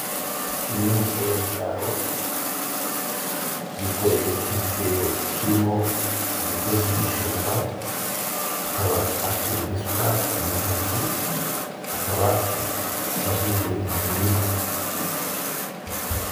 Uyu ni umugore wo mu cyaro, yikoreye igitebo kirimo imigozi y'ibijumba, akaba afite n'isuka mu ntoki akaba yavuye mu murima.